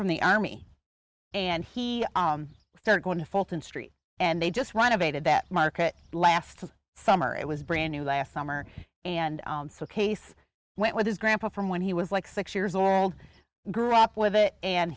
from the army and he started going to fulton street and they just run of a did that market last summer it was brand new last summer and so case went with his grandpa from when he was like six years old grew up with it and